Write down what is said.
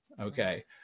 Okay